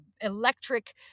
electric